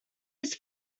his